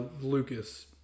Lucas